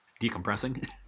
decompressing